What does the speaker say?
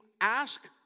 ask